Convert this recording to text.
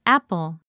Apple